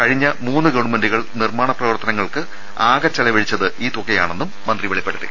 കഴിഞ്ഞ മൂന്ന് ഗവൺമെൻ്റുകൾ നിർമാണ പ്രവർത്തനങ്ങൾക്കായി ആകെ ചെലവഴിച്ചത് ഈ തുകയാണെന്നും മന്ത്രി വെളിപ്പെടുത്തി